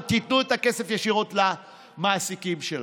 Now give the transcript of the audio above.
אבל תיתנו את הכסף ישירות למעסיקים שלהם.